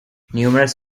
numerous